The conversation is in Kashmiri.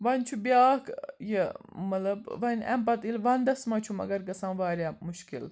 وۄنۍ چھُ بیاکھ ٲں یہِ مطلب وۄنۍ اَمہِ پَتہٕ ییٚلہِ وَنٛدَس منٛز چھُ مگر گژھان واریاہ مشکل